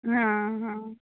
हाँ हाँ